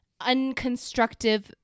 unconstructive